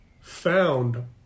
found